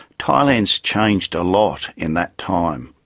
thailand has changed a lot in that time.